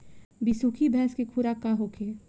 बिसुखी भैंस के खुराक का होखे?